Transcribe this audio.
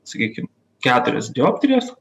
sakykim keturias dioptrijas